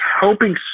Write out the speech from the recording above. helping